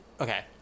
Okay